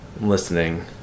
listening